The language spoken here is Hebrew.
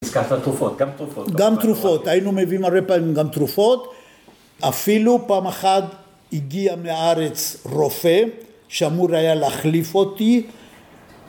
גם תרופות, היינו מביאים הרבה פעמים גם תרופות.. אפילו פעם אחת הגיע מארץ רופא שאמור היה להחליף אותי...